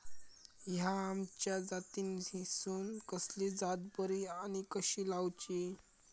हया आम्याच्या जातीनिसून कसली जात बरी आनी कशी लाऊची?